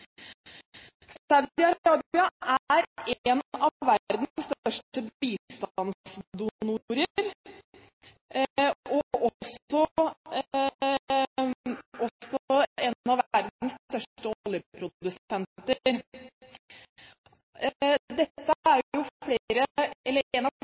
er en av verdens største bistandsdonorer og også en av verdens største oljeprodusenter. Dette er en av